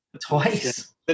twice